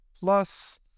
plus